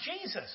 Jesus